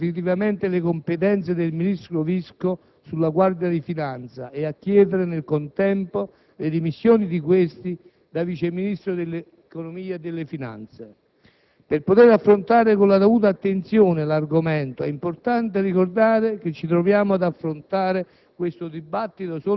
Presidente, colleghi, le mozioni presentate oggi dall'opposizione mirano a revocare definitivamente le competenze del vice ministro Visco sulla Guardia di finanza e a chiedere nel contempo le dimissioni di questi da Vice ministro dell'economia e delle finanze.